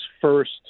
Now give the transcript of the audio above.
first